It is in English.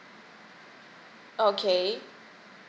okay